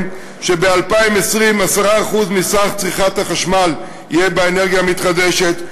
שב-2020 יהיו 10% מסך צריכת החשמל באנרגיה מחדשת,